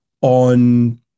on